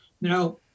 Now